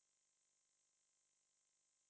mmhmm